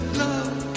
love